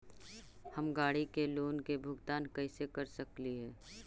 हम गाड़ी के लोन के भुगतान कैसे कर सकली हे?